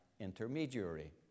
intermediary